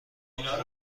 هنگام